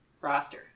roster